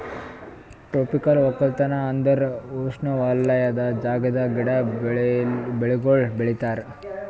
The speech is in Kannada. ಟ್ರೋಪಿಕಲ್ ಒಕ್ಕಲತನ ಅಂದುರ್ ಉಷ್ಣವಲಯದ ಜಾಗದಾಗ್ ಗಿಡ, ಬೆಳಿಗೊಳ್ ಬೆಳಿತಾರ್